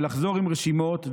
ולחזור עם רשימות,